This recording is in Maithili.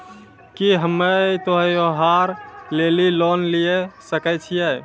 की हम्मय त्योहार लेली लोन लिये सकय छियै?